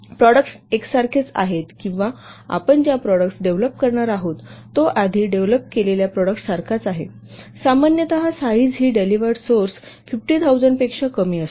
products एकसारखेच आहेत किंवा आपण ज्या प्रॉडक्ट्स डेव्हलोप करणार आहात तो आधी डेव्हलोप केलेल्या प्रॉडक्ट्ससारखाच आहे सामान्यत साईज हि डेलिव्हर्ड सोर्स 50000 पेक्षा कमी असतो